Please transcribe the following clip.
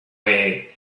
way